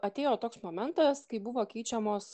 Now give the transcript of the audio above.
atėjo toks momentas kai buvo keičiamos